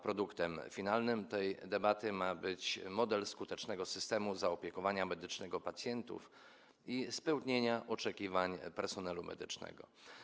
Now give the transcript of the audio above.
Produktem finalnym tej debaty ma być model skutecznego systemu zaopiekowania medycznego pacjentów i spełnienie oczekiwań personelu medycznego.